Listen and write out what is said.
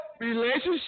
Relationship